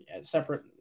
separate